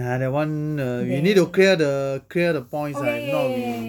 ah that [one] uh you need to clear the clear the points ah if not we